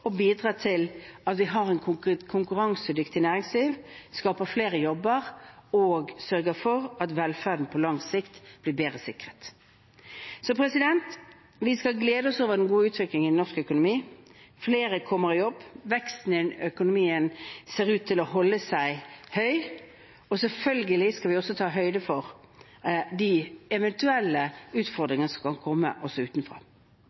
og bidrar til at vi har et konkurransedyktig næringsliv, skaper flere jobber og sørger for at velferden på lang sikt blir bedre sikret. Vi skal glede oss over den gode utviklingen i norsk økonomi. Flere kommer i jobb og veksten i økonomien ser ut til å holde seg høy. Selvfølgelig skal vi også ta høyde for de eventuelle utfordringene som kan komme utenfra.